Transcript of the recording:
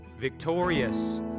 Victorious